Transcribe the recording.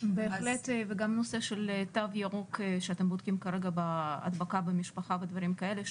וגם הנושא של תו ירוק שאתם בודקים כרגע בהדבקה במשפחה ודברים כאלה,